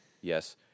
Yes